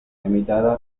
emitida